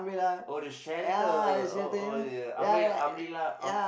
oh the shelter oh oh the umbrel~ umbrella um~